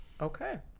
Okay